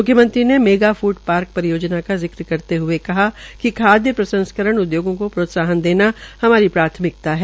म्ख्यमंत्री mega food park परियोजना का जिक्र करते हए कहा कि खाद्य प्रसंस्करण उद्योगों को प्रोत्साहन देना हमारी प्राथमिकता है